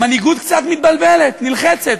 המנהיגות קצת מתבלבלת, נלחצת.